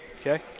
Okay